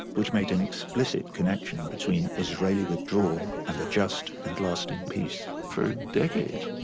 which made an explicit connection between israeli withdrawal and a just and lasting peace. for decades,